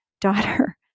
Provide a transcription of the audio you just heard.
daughter